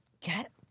get